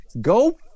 Go